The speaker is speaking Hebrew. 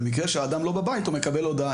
במקרה שהאדם לא בבית הוא מקבל הודעה.